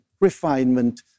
refinement